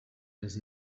les